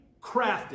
crafted